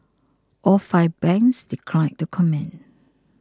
all five banks declined to comment